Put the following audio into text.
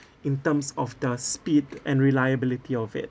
in terms of the speed and reliability of it